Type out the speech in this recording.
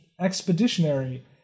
expeditionary